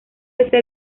ese